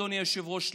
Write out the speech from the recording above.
אדוני היושב-ראש,